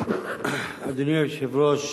אדוני היושב-ראש,